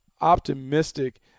optimistic